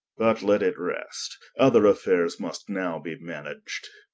but let it rest, other affayres must now be managed.